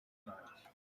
night